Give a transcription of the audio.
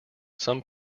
some